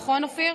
נכון, אופיר?